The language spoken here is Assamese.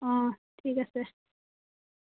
অঁ ঠিক আছে